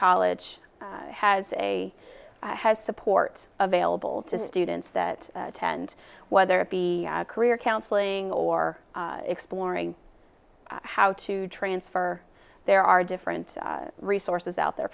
college has a has support available to students that attend whether it be career counseling or exploring how to transfer there are different resources out there